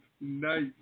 nice